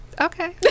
Okay